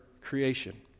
creation